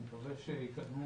אני מקווה שיקדמו.